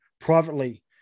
privately